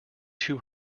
two